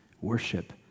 worship